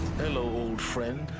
hello, old friend.